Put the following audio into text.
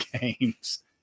games